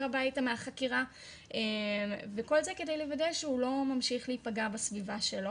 הביתה מהחקירה וכל זה כדי לוודא שהוא לא ממשיך להיפגע בסביבה שלו.